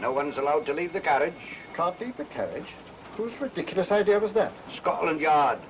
no one's allowed to leave the carriage copy the cabbage who's ridiculous idea was that scotland yard